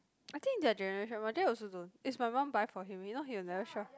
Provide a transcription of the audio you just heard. I think their generation my dad also don't is my mum buy for him if not he'll never shop